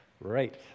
Right